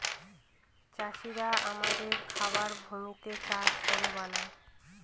চাষিরা আমাদের খাবার ভূমিতে চাষ করে বানায়